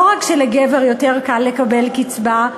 לא רק שלגבר יותר קל לקבל קצבה,